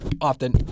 often